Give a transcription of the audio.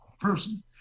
person